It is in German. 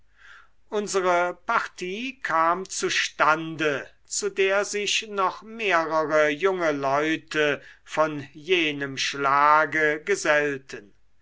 unsere partie kam zustande zu der sich noch mehrere junge leute von jenem schlage gesellten